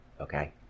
okay